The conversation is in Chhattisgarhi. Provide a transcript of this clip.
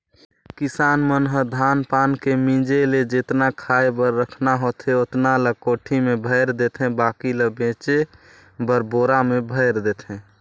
किसान मन ह धान पान के मिंजे ले जेतना खाय बर रखना होथे ओतना ल कोठी में भयर देथे बाकी ल बेचे बर बोरा में भयर देथे